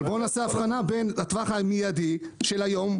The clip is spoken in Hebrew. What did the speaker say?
בואו נעשה הבחנה בין הטווח המידי של היום,